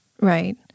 Right